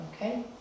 Okay